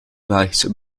belgische